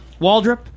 Waldrop